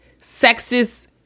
sexist